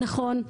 נכון,